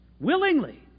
Willingly